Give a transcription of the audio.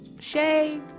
Shay